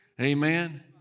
Amen